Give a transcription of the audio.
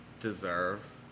deserve